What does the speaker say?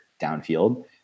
downfield